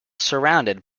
surrounded